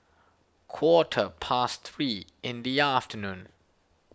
quarter past three in the afternoon